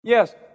Yes